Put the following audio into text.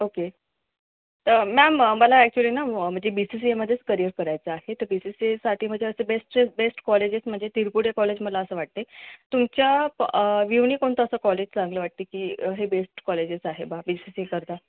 okay तर ma'am मला actually ना म्हणजे बी सी सी एमध्येच करिअर करायचं आहे तर बी सी सी एसाठी म्हणजे असं बेस्टेस बेस्ट कॉलेजेस म्हणजे तिरपुडे कॉलेज मला असं वाटतंय तुमच्या व्हूवनी कोणतं असं कॉलेज चांगलं वाटतंय की हे बेस्ट कॉलेजेस आहे बा बी सी सी ए करता